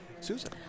Susan